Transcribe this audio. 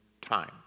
time